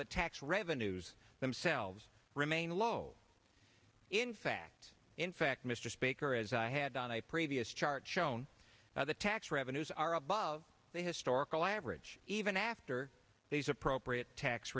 the tax revenues themselves remain low in fact in mr speaker as i had on a previous chart shown now the tax revenues are above the historical average even after these appropriate tax